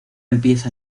empieza